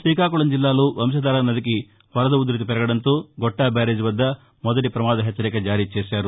రీకాకుళం జిల్లాలో వంశధార నదికి వరద ఉధృతి పెరగడంతో గొట్టా బ్యారేజ్ వద్ద మొదటి ప్రమాద హెచ్చరిక జారీ చేశారు